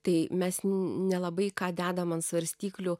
tai mes nelabai ką dedam ant svarstyklių